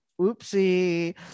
Oopsie